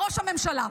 הפוך.